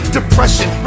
depression